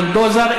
בולדוזר,